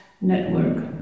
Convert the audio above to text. network